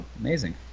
Amazing